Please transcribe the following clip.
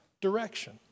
direction